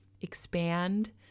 expand